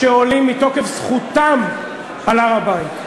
שעולים מתוקף זכותם על הר-הבית.